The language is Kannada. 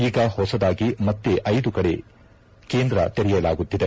ಈಗ ಹೊಸದಾಗಿ ಮತ್ತೆ ಐದು ಕಡೆ ಕೇಂದ್ರ ತೆರೆಯಲಾಗುತ್ತಿದೆ